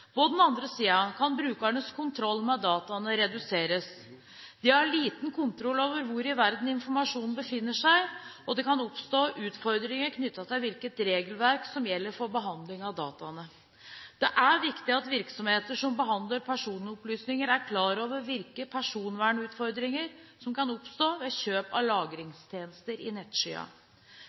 den annen side kan brukernes kontroll med dataene reduseres. De har liten kontroll over hvor i verden informasjonen befinner seg, og det kan oppstå utfordringer knyttet til hvilke regelverk som gjelder for behandling av dataene. Det er viktig at virksomheter som behandler personopplysninger, er klar over hvilke personvernutfordringer som kan oppstå ved kjøp av lagringstjenester i